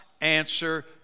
answer